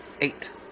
Eight